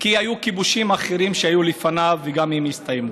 כי היו כיבושים אחרים לפניו, וגם הם הסתיימו.